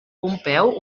pompeu